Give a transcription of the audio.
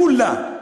כולה,